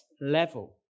level